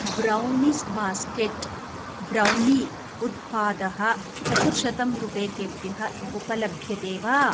brownies basket brownie उत्पादः चतुश्शतं रूप्यकेभ्यः उपलभ्यते वा